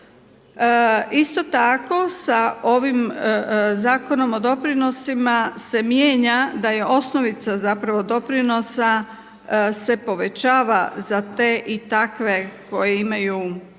Isto tako sa ovim zakonom o doprinosima se mijenja da je osnovica zapravo doprinosa se povećava za te i takve koji imaju sjedišta